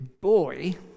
boy